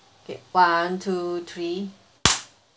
okay one two three